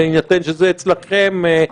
בהינתן שזה אצלכם --- צביקה,